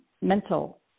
mental